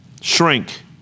shrink